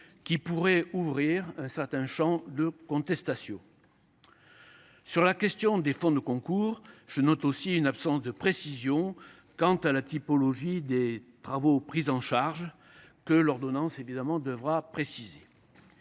qui pourrait ouvrir un champ de contestation. Sur la question des fonds de concours, je note également une absence de précision quant à la typologie des travaux pris en charge ; l’ordonnance devra évidemment y remédier.